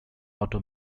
auto